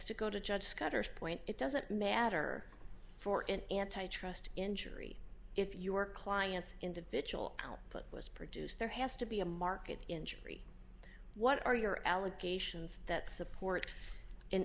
to go to judge scudder's point it doesn't matter for an antitrust injury if your client's individual output was produced there has to be a market injury what are your allegations that support